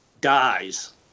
dies